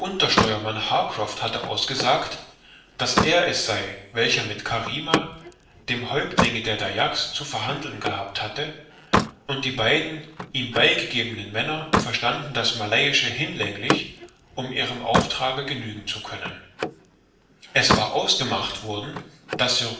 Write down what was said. untersteuermann harcroft hatte ausgesagt daß er es sei welcher mit karima dem häuptlinge der dayaks zu verhandeln gehabt hatte und die beiden ihm beigegebenen männer verstanden das malayische hinlänglich um ihrem auftrage genügen zu können es war ausgemacht worden daß